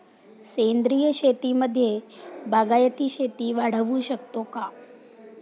सेंद्रिय शेतीमध्ये बागायती शेती वाढवू शकतो का?